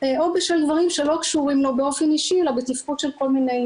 או בשל גברים שלא קשורים לו באופן אישי אלא בתפקוד של כל מיני